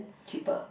cheaper